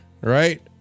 right